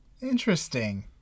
Interesting